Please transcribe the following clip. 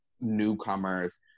newcomers